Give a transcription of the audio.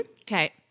Okay